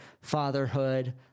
fatherhood